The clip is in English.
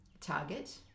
target